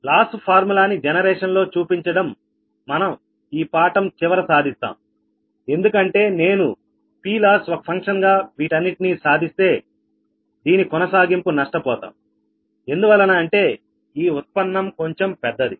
loss ఫార్ములాని generation లో చూపించడం మన ఈ పాఠం చివర సాధిస్తాం ఎందుకంటే నేను Ploss ఒక ఫంక్షన్ గా వీటన్నిటిని సాధిస్తే దీని కొనసాగింపు నష్టపోతాం ఎందువలన అంటే ఈ ఉత్పన్నం కొంచెం పెద్దది